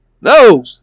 No